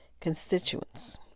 constituents